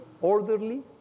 orderly